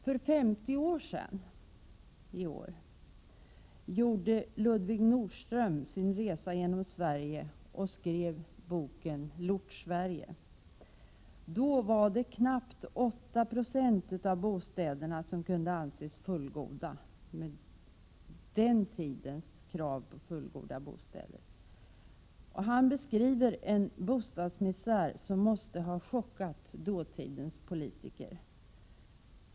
För 50 år sedan i år gjorde Ludvig Nordström sin resa genom Sverige och skrev boken Lortsverige. Då var det knappt 8 20 av bostäderna som kunde anses fullgoda utifrån den tidens krav på fullgoda bostäder. Ludvig Nordström beskriver en bostadsmisär som måste ha chockat dåtidens politiker.